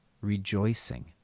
rejoicing